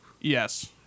Yes